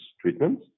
treatment